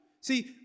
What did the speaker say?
See